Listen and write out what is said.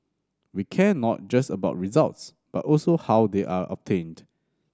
we care not just about results but also how they are obtained